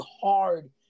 hard